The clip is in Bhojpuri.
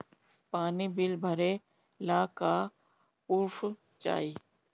पानी बिल भरे ला का पुर्फ चाई?